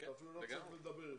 אפילו לא צריך לדבר יותר.